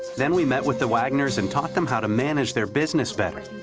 then we met with the wagners and taught them how to manage their business better.